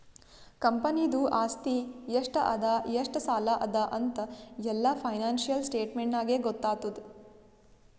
ಕಂಪನಿದು ಆಸ್ತಿ ಎಷ್ಟ ಅದಾ ಎಷ್ಟ ಸಾಲ ಅದಾ ಅಂತ್ ಎಲ್ಲಾ ಫೈನಾನ್ಸಿಯಲ್ ಸ್ಟೇಟ್ಮೆಂಟ್ ನಾಗೇ ಗೊತ್ತಾತುದ್